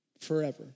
forever